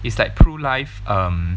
it's like Pru Life um